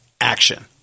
action